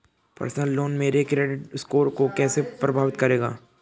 Personal loan मेरे credit score को कैसे प्रभावित करेगा?